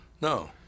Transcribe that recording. No